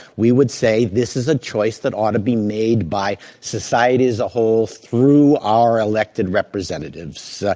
we would say this is a choice that ought to be made by society as a whole through our elected representatives.